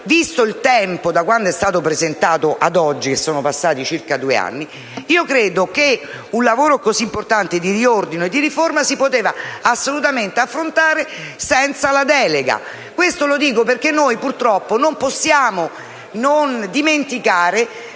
visto il tempo trascorso da quando è stato presentato ad oggi - sono passati circa due anni - un lavoro così importante di riordino e riforma si poteva assolutamente affrontare senza la delega. Lo dico perché, purtroppo, non possiamo dimenticare